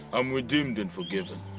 i'm redeemed and forgiven.